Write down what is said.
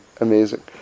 amazing